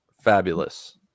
fabulous